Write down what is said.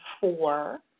four